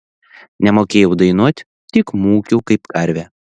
nemokėjau dainuoti tik mūkiau kaip karvė